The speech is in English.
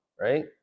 right